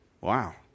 Wow